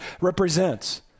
represents